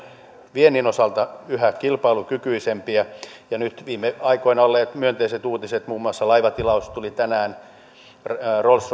viennin osalta yhä kilpailukykyisempiä ja nyt viime aikoina tulleet myönteiset uutiset muun muassa laivatilaus tuli tänään rolls